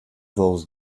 those